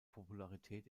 popularität